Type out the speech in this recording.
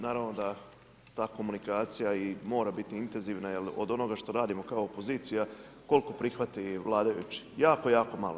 Naravno da ta komunikacija i mora biti intenzivna, jer od onoga što radimo kao opozicija, koliko prihvate vladajući, jako, jako malo.